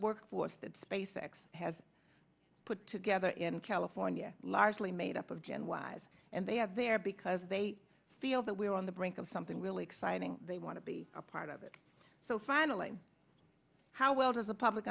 work force that space x has put together in california largely made up of gen ys and they have there because they feel that we are on the brink of something really exciting they want to be a part of it so finally how well does the public